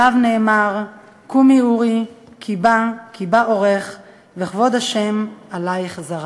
עליו נאמר: "קומי אורי כי בא אורך וכבוד ה' עליך זרח".